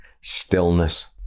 stillness